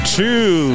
two